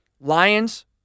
Lions